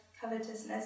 covetousness